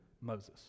Moses